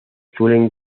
suelen